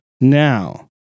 Now